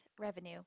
revenue